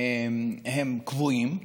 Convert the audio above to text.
הם קבועים,